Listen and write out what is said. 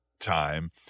time